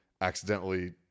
accidentally